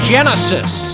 Genesis